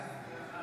אינו